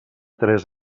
tres